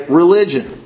religion